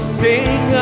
sing